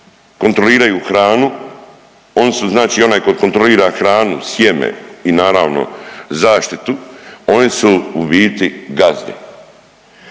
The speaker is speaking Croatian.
kontroliraju hranu, oni su znači onaj ko kontrolira hranu, sjeme i naravno zaštitu oni su u biti gazde.